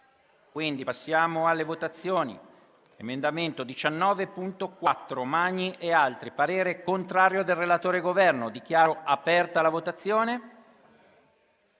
Passiamo alla votazione